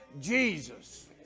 Jesus